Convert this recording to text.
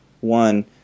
one